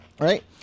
Right